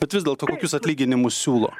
bet vis dėlto kokius atlyginimus siūlo